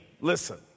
listen